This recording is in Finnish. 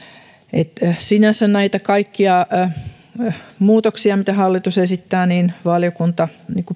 sinänsä näitä kaikkia pykälämuutoksia mitä hallitus esittää valiokunta